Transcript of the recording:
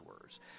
words